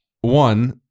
One